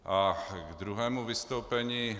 A k druhému vystoupení.